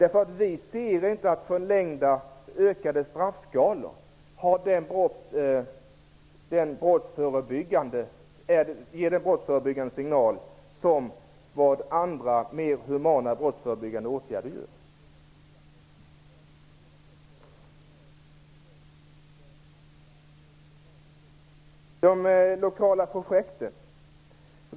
Vi kan inte se att förlängda, utökade straffskalor skulle ge en likadan brottsförebyggande signal som andra, mer humana brottsförebyggande åtgärder.